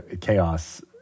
chaos